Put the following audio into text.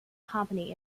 company